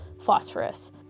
phosphorus